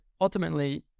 ultimately